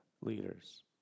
leaders